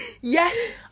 Yes